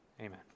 amen